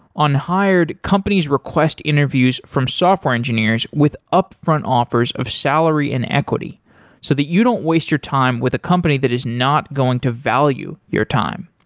on hired, companies request interviews from software engineers with upfront offers of salary and equity so that you don't waste your time with a company that is not going to value your time.